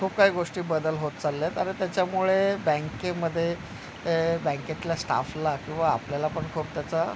खूप काही गोष्टी बदल होत चालल्यात आणि त्याच्यामुळे बँकेमध्ये बँकेतल्या स्टाफला किंवा आपल्याला पण खूप त्याचा